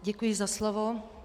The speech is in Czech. Děkuji za slovo.